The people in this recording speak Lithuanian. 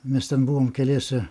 mes ten buvom keliese